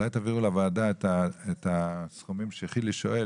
את הסכומים עליהם שואל חילי,